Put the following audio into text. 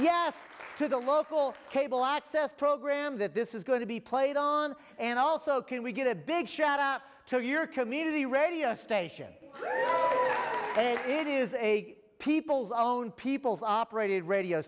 yes to the local cable access program that this is going to be played on and also can we get a big shot up to your community radio station it is a people's own people's operated radio